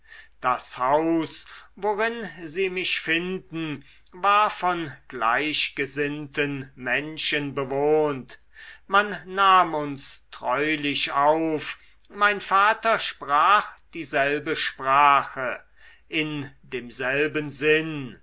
das haus worin sie mich finden war von gleichgesinnten menschen bewohnt man nahm uns treulich auf mein vater sprach dieselbe sprache in demselben sinn